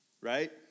right